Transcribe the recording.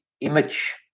image